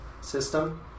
system